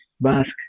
Basque